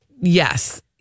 yes